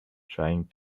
trying